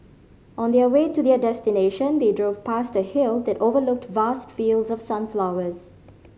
on the way to their destination they drove past a hill that overlooked vast fields of sunflowers